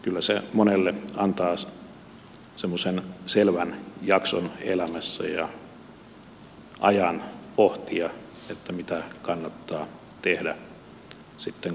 kyllä se monelle antaa semmoisen selvän jakson elämässä ja ajan pohtia että mitä kannattaa tehdä sitten kun vapautuu sieltä laitoksesta